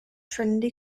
trinity